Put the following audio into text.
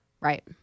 Right